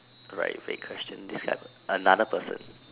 right with the question decide another person